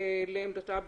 לעמדתה,